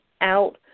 out